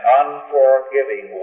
unforgiving